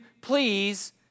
please